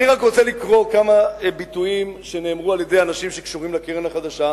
אני רק רוצה לקרוא כמה ביטויים שנאמרו על-ידי אנשים שקשורים לקרן החדשה,